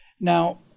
Now